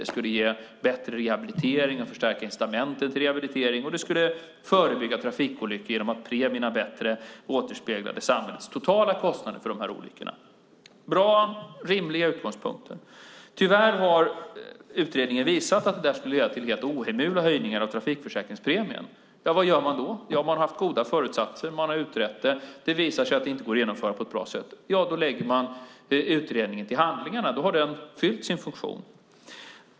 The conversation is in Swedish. Det skulle ge bättre rehabilitering, förstärka incitamenten till rehabilitering och förebygga trafikolyckor genom att premierna bättre återspeglade samhällets totala kostnader för dessa olyckor. Det var bra och rimliga utgångspunkter. Tyvärr har utredningen visat att det skulle leda till helt ohemula höjningar av trafikförsäkringspremien. Vad gör man då? Man har haft goda föresatser, och man har utrett det, men det visar sig att det inte går att genomföra på ett bra sätt. Ja, då lägger man utredningen till handlingarna. Då har den fyllt sin funktion.